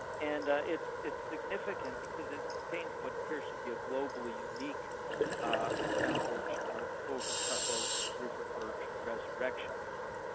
and it's it's significant, because it contains what appears to be a globally unique assemblage of overcup oak, river birch and resurrection fern,